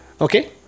Okay